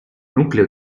nucleo